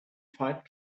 fight